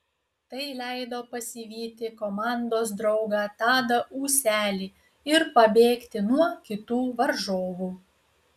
tai leido pasivyti komandos draugą tadą ūselį ir pabėgti nuo kitų varžovų